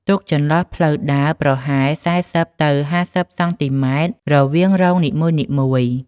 ទុកចន្លោះផ្លូវដើរប្រហែល ៤០ ទៅ ៥០ សង់ទីម៉ែត្រ រវាងរងនីមួយៗ។